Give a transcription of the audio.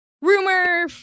Rumor